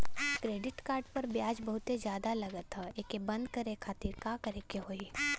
Credit card पर ब्याज बहुते ज्यादा लगत ह एके बंद करे खातिर का करे के होई?